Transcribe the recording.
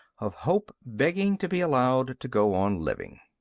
of hope begging to be allowed to go on living.